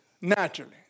naturally